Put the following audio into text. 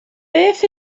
beth